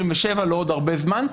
לא עוד הרבה זמן,